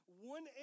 one